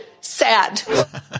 sad